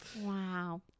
Wow